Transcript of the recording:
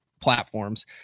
platforms